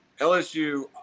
LSU